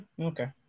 okay